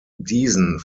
diesen